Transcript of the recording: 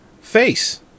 face